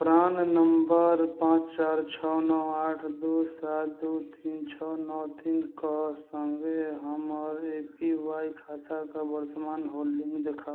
प्राण number पांँच चारि छओ नओ आठ दू सात दू तीन छओ नओ तीन कऽ सङ्गे हमर ए पी वाई खाताके वर्तमान होल्डिङ्ग देखाउ